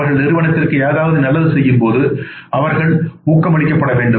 அவர்கள்நிறுவனத்திற்குஏதாவது நல்லது செய்யும்போது அவர்கள் ஊக்கமளிக்கப்பட வேண்டும்